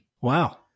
Wow